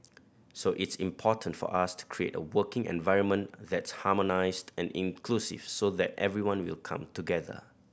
so it's important for us to create a working environment that's harmonised and inclusive so that everyone will come together